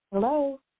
Hello